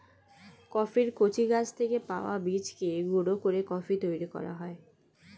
কফির কচি গাছ থেকে পাওয়া বীজকে গুঁড়ো করে কফি তৈরি করা হয়